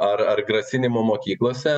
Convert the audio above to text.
ar ar grasinimų mokyklose